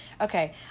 Okay